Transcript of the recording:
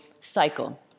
cycle